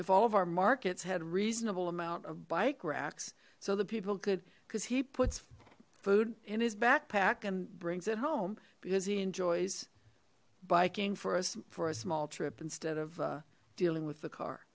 if all of our markets had reasonable amount of bike racks so the people could cuz he puts food in his backpack and brings it home because he enjoys biking for us for a small trip instead of dealing with the car